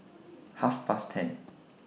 Half Past ten